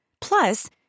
Plus